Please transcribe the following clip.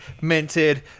minted